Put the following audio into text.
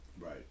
Right